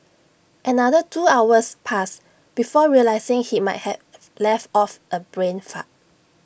another two hours passed before realising he might have let off A brain fart